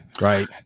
right